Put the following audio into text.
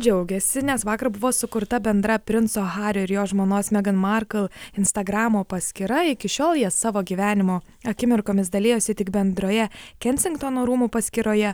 džiaugiasi nes vakar buvo sukurta bendra princo hario ir jo žmonos megan markl instagramo paskyra iki šiol jie savo gyvenimo akimirkomis dalijosi tik bendroje kensingtono rūmų paskyroje